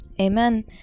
Amen